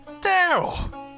Daryl